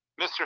Mr